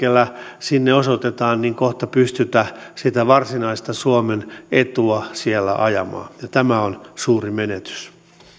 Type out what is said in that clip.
hetkellä sinne osoitetaan kohta pystytä sitä varsinaista suomen etua siellä ajamaan tämä on suuri menetys